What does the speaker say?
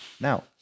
Now